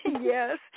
Yes